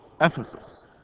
Ephesus